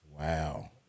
Wow